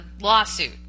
lawsuit